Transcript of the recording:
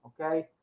okay